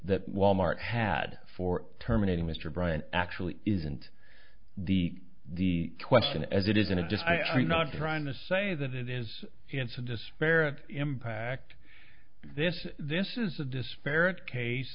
that wal mart had for terminating mr bryant actually isn't the the question as it is in a disc i'm not trying to say that it is it's a disparate impact this this is a disparate case